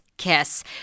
kiss